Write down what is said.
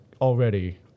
already